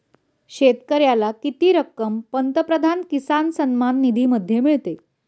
शेतकऱ्याला किती रक्कम पंतप्रधान किसान सन्मान निधीमध्ये मिळते?